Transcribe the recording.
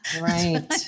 Right